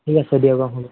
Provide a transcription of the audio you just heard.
ঠিক আছে দিয়ক অঁ হ'ব